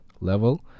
level